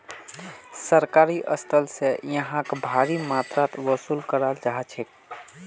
सरकारी स्थल स यहाक भारी मात्रात वसूल कराल जा छेक